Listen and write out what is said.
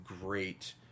great